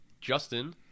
Justin